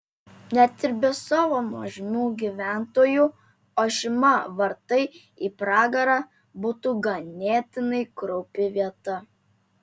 net ir be savo nuožmių gyventojų ošima vartai į pragarą būtų ganėtinai kraupi vieta